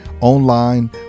online